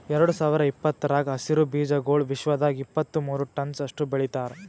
ಎರಡು ಸಾವಿರ ಇಪ್ಪತ್ತರಾಗ ಹಸಿರು ಬೀಜಾಗೋಳ್ ವಿಶ್ವದಾಗ್ ಇಪ್ಪತ್ತು ಮೂರ ಟನ್ಸ್ ಅಷ್ಟು ಬೆಳಿತಾರ್